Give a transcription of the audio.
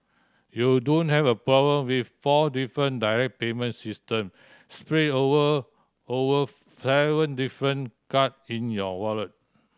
you don't have a problem with four different direct payment system spread over over seven different card in your wallet